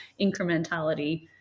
incrementality